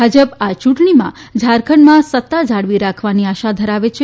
ભાજપ આ ચૂંટણીમાં ઝારખંડમાં સત્તા જાળવી રાખવાની આશા ધરાવે છે